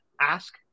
ask